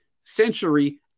century